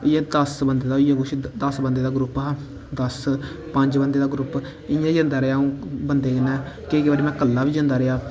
एह् कुछ दस्स बंदे दा ग्रूप हा दस्स पंज बंदे दा ग्रूप इंया जंदा रेहा अंऊ बंदे कन्नै केईं बारी में कल्ला बी जंदा रेहा